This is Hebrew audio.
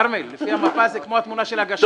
כרמל, לפי המפה זה כמו התמונה של הגשש.